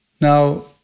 Now